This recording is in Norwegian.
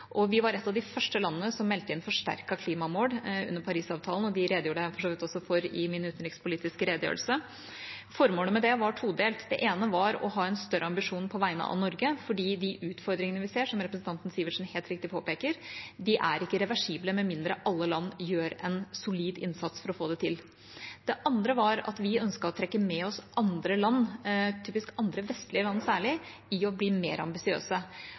Vi var et av de første landene som meldte inn forsterkede klimamål under Parisavtalen, og de redegjorde jeg for så vidt også for i min utenrikspolitiske redegjørelse. Formålet med det var todelt. Det ene var å ha en større ambisjon på vegne av Norge, fordi de utfordringene vi ser, som representanten Sivertsen helt riktig påpeker, er ikke reversible med mindre alle land gjør en solid innsats for å få det til. Det andre var at vi ønsket å trekke med oss andre land – andre vestlige land, særlig – i å bli mer ambisiøse.